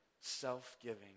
self-giving